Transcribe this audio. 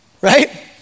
right